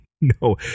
no